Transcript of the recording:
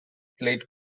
played